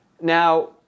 Now